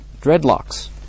dreadlocks